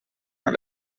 maar